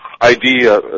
ID